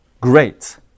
Great